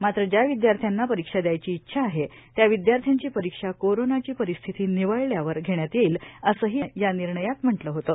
मात्र ज्या विद्यार्थ्यांना परीक्षा द्यायची इच्छा आहे त्या विद्यार्थ्याची परीक्षा कोरोनाची परिस्थिती निवळल्यावर घेण्यात येईल असंही या निर्णयात म्हटलं होतं